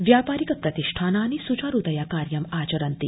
व्यापारिक प्रतिष्ठानानि सुचारूतया कार्यमाचरन्ति